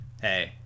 hey